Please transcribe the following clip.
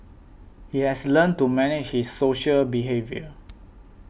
he has learnt to manage his social behaviour